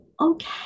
okay